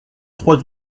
trois